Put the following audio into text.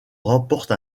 remporte